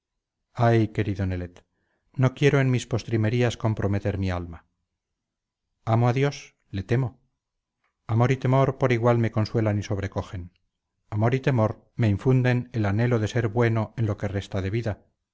ay querido nelet no quiero en mis postrimerías comprometer mi alma amo a dios le temo amor y temor por igual me consuelan y sobrecogen amor y temor me infunden el anhelo de ser bueno en lo que resta de vida